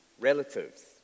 relatives